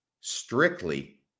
strictly